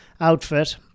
outfit